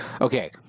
Okay